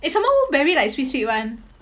and some more wolfberry like sweet sweet [one]